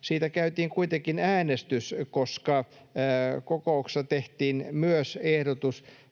Siitä käytiin kuitenkin äänestys, koska kokouksessa tehtiin myös ehdotus,